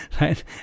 right